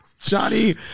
Johnny